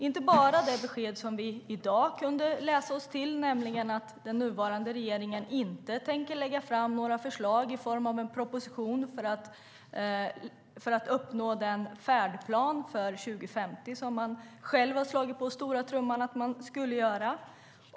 Det är inte bara det vi kunde läsa om i dag - att den nuvarande regeringen inte tänker lägga fram några förslag i form av en proposition för att uppnå den färdplan för 2050 som man själv slog på stora trumman för att man skulle göra.